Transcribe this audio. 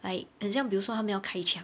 like 很像比如说他们要开开抢